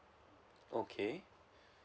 okay